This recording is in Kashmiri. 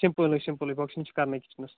سمپٕلے سمپٕلے بۄکسِنٛگ چِھ کَرنے کِچنس